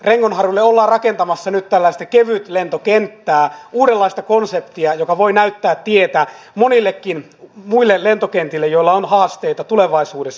rengonharjulle ollaan rakentamassa nyt tällaista kevytlentokenttää uudenlaista konseptia joka voi näyttää tietä monillekin muille lentokentille joilla on haasteita tulevaisuudessa